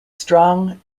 strong